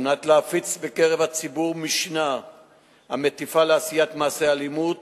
על מנת להפיץ בקרב הציבור משנה המטיפה לעשיית מעשי אלימות